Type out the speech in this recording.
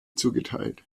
zugeteilt